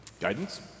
Guidance